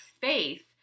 faith